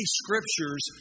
scriptures